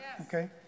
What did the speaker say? Okay